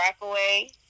Rockaway